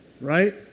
Right